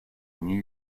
new